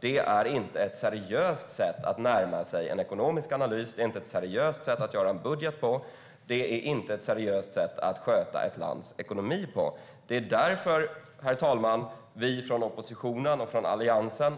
Det är inte ett seriöst sätt att närma sig en ekonomisk analys, det är inte ett seriöst sätt att göra en budget och det är inte ett seriöst sätt att sköta ett lands ekonomi. Därför, herr talman, efterfrågar vi från oppositionen och Alliansen